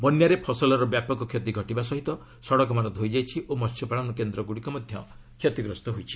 ବନ୍ୟାରେ ଫସଲର ବ୍ୟାପକ କ୍ଷତି ଘଟିବା ସହ ସଡ଼କମାନ ଧୋଇଯାଇଛି ଓ ମହ୍ୟପାଳନ କେନ୍ଦ୍ରଗୁଡ଼ିକ ମଧ୍ୟ କ୍ଷତିଗ୍ରସ୍ତ ହୋଇଛି